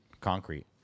concrete